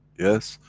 yes,